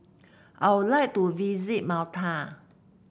I would like to visit Malta